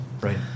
right